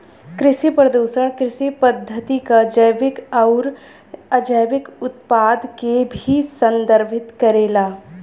कृषि प्रदूषण कृषि पद्धति क जैविक आउर अजैविक उत्पाद के भी संदर्भित करेला